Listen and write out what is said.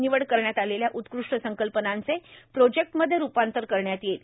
निवड करण्यात आलेल्या उत्कृष्ट संकल्पनांचे प्रोजेक्टमध्ये रुपांतर करण्यात येईल